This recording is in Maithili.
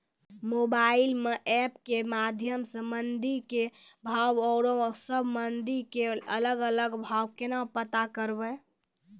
मोबाइल म एप के माध्यम सऽ मंडी के भाव औरो सब मंडी के अलग अलग भाव केना पता करबै?